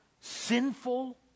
sinful